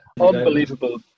unbelievable